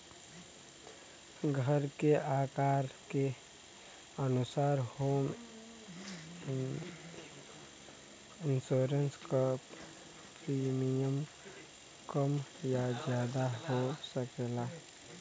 घर के आकार के अनुसार होम इंश्योरेंस क प्रीमियम कम या जादा हो सकला